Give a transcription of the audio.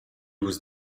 was